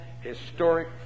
historic